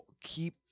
keep